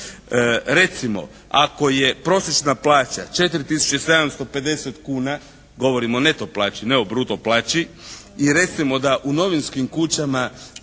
Recimo ako je prosječna plaća 4 tisuće 750 kuna, govorim o neto plaći, ne o bruto plaći i recimo da u novinskim kućama